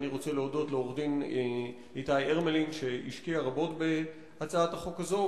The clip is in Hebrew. ואני רוצה להודות לעורך-הדין איתי הרמלין שהשקיע רבות בהצעת החוק הזו.